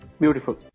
Beautiful